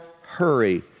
hurry